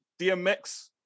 DMX